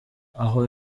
aha